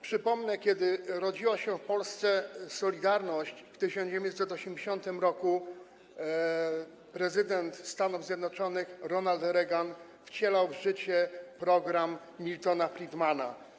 Przypomnę, że kiedy rodziła się w Polsce „Solidarność” w 1980 r., prezydent Stanów Zjednoczonych Ronald Reagan wcielał w życie program Miltona Friedmana.